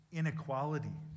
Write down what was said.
inequality